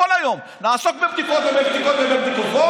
כל היום נעסוק בבדיקות ובבדיקות ובבדיקות.